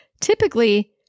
Typically